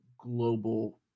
global